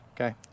Okay